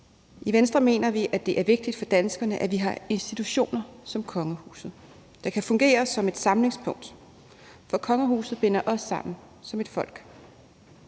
I Venstre mener vi, at det er vigtigt for danskerne, at vi har institutioner som kongehuset, der kan fungere som et samlingspunkt, for kongehuset binder os sammen som et folk.